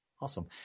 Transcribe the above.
Awesome